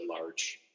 large